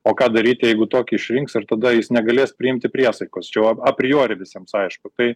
o ką daryti jeigu tokį išrinks ir tada jis negalės priimti priesaikos jau apriori visiems aišku tai